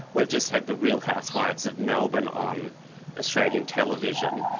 we've just had the real housewives of melbourne on australian television.